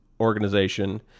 organization